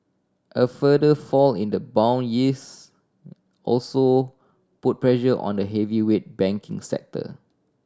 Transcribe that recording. a further fall in the bond yields also put pressure on the heavyweight banking sector